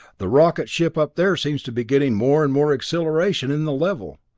the rocket ship up there seems to be getting more and more acceleration in the level.